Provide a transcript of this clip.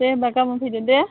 दे होनबा गाबोन फैदो दे